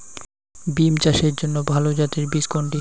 বিম চাষের জন্য ভালো জাতের বীজ কোনটি?